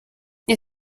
nie